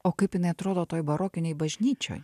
o kaip jinai atrodo toj barokinėj bažnyčioj